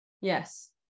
Yes